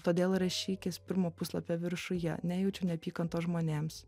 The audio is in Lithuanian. todėl rašykis pirmo puslapio viršuje nejaučiu neapykantos žmonėms